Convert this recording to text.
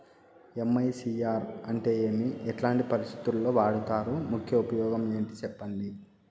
MICR అంటే ఏమి? ఎట్లాంటి పరిస్థితుల్లో వాడుతారు? ముఖ్య ఉపయోగం ఏంటి సెప్పండి?